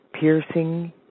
piercing